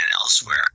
elsewhere